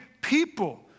people